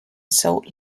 salt